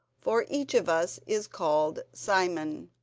for each of us is called simon.